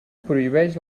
prohibeix